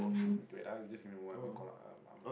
wait ah you just give me a moment I want call um ah ma